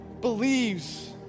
believes